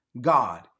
God